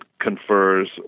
confers